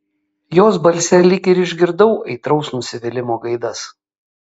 jos balse lyg ir išgirdau aitraus nusivylimo gaidas